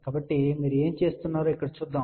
కాబట్టి మీరు ఏమి చేస్తున్నారో ఇక్కడ చూద్దాం